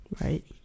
right